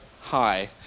hi